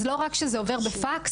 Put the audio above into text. אז לא רק שזה עובר בפקס,